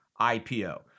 IPO